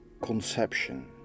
conception